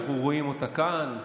התוכנית, אנחנו רואים אותה כאן,